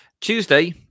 Tuesday